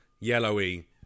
yellowy